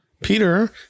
Peter